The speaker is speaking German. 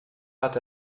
hat